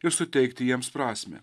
ir suteikti jiems prasmę